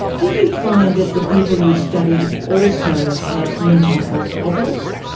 did you find that the people you studied also had mental health problems?